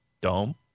Dome